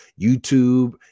YouTube